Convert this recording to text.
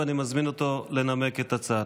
ואני מזמין אותו לנמק את הצעתו.